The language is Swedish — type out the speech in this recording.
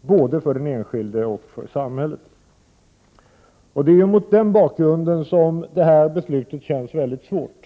både för den enskilda människan och för samhället. Det är mot denna bakgrund som detta beslut känns mycket svårt.